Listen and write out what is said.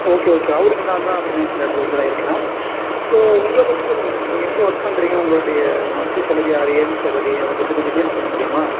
okay okay அவருக்கு நான்தான் financial அட்வைஸராக இருக்கேன் ஸோ உங்களை பற்றி சொல்லுங்கள் சார் நீங்கள் எங்கே ஒர்க் பண்ணுறீங்க உங்களுடைய monthly salary or yearly salary அதை பற்றி கொஞ்சம் டீட்டெயல்ஸ் சொல்ல முடியுமா